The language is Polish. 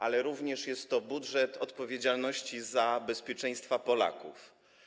Ale również jest to budżet odpowiedzialności za bezpieczeństwo Polaków.